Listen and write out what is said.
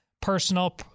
personal